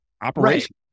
operation